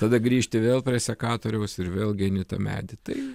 tada grįžti vėl prie sekatoriaus ir vėl geni tą medį tai